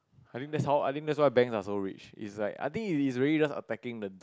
I think that's how I think that why banks are so rich it's like I think it's really just attacking the